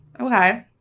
Okay